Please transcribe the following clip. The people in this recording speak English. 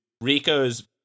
Rico's